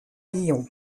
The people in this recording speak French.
lyon